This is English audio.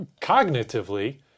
cognitively